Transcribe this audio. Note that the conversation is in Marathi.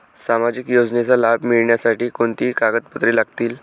सामाजिक योजनेचा लाभ मिळण्यासाठी कोणती कागदपत्रे लागतील?